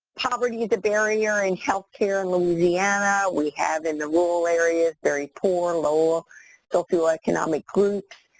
poverty is a barrier in health care in louisiana. we have in the rural areas very poor, low socioeconomic groups,